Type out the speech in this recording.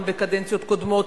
גם בקדנציות קודמות,